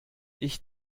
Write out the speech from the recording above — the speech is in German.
ich